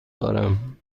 دارم